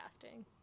casting